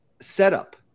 setup